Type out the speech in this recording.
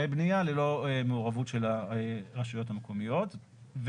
בנייה ללא מעורבות של הרשויות המקומיות.